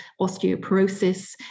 osteoporosis